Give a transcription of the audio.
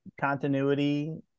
continuity